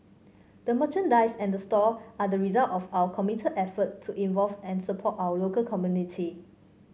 the merchandise and the store are the result of our committed effort to involve and support our local community